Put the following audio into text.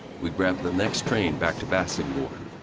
we'd grab the next train back to bassingbourn.